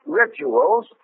rituals